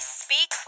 speak